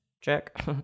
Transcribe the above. Check